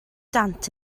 dant